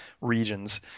regions